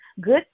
good